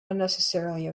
unnecessarily